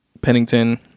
Pennington